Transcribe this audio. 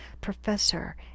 Professor